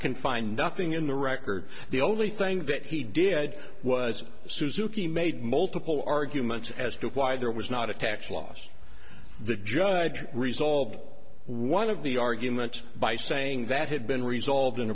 can find nothing in the record the only thing that he did was suki made multiple arguments as to why there was not a tax loss the judge resolved one of the arguments by saying that had been resolved in